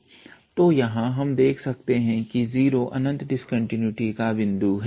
तो यहां हम देख सकते हैं कि 0 अनंत डिस्कंटीन्यूटी का बिंदु है